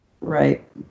Right